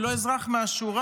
הוא לא אזרח מהשורה.